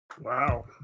Wow